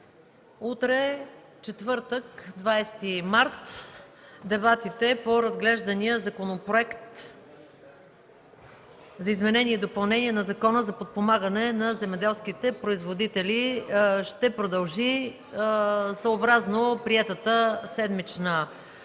Утре, четвъртък, 20 март 2014 г. дебатите по Законопроекта за изменение и допълнение на Закона за подпомагане на земеделските производители ще продължи съобразно приетата седмична програма.